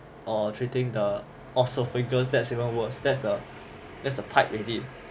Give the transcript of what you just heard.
or treating the also oesophagus that's even worse that's the pipe~